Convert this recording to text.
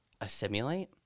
assimilate